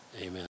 amen